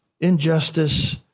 Injustice